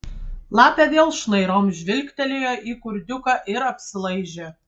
lapė vėl šnairom žvilgtelėjo į kurdiuką ir apsilaižė